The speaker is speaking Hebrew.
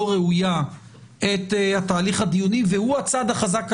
ראויה את התהליך הדיוני והוא הצד החזק כלכלית,